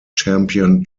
champion